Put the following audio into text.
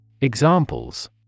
Examples